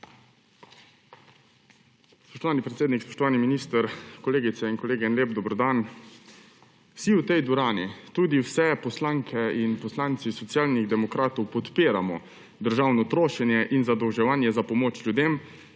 Spoštovani predsednik, spoštovani minister, kolegice in kolegi, lep dober dan! Vsi v tej dvorani, tudi vse poslanke in poslanci Socialnih demokratov podpiramo državno trošenje in zadolževanje za pomoč ljudem